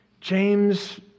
James